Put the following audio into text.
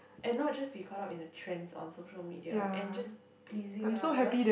and not just be caught up in the trends on social media and just pleasing others